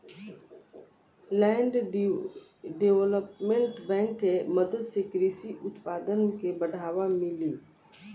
land development bank के मदद से कृषि उत्पादन के बढ़ावा मिली